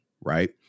Right